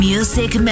Music